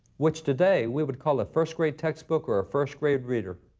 which today we would call a first grade textbook or a first grade reader.